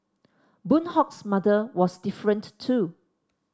Boon Hock's mother was different too